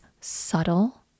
subtle